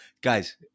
Guys